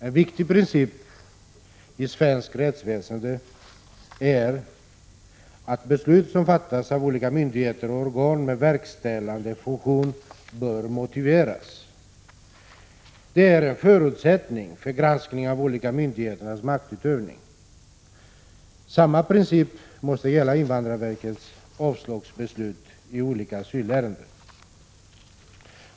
En viktig princip i svenskt rättsväsende är att beslut som fattas av olika myndigheter och organ med verkställande funktion bör motiveras. Det är en förutsättning för granskning av myndigheternas maktutövning. Samma princip måste gälla invandrarverkets avslagsbeslut i asylärenden.